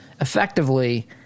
effectively